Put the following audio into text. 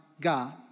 God